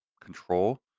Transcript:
control